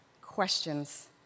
questions